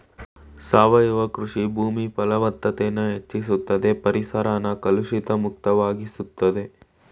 ಸಾವಯವ ಕೃಷಿ ಭೂಮಿ ಫಲವತ್ತತೆನ ಹೆಚ್ಚುಸ್ತದೆ ಪರಿಸರನ ಕಲುಷಿತ ಮುಕ್ತ ವಾಗಿಸ್ತದೆ